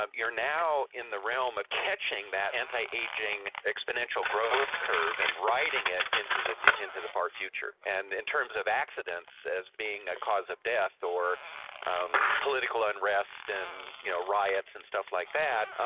you're now in the realm of catching that anti-aging exponential growth curve and riding it into the into the far future. and in terms of accidents as being a cause of death or um political unrest and you know riots and stuff like that,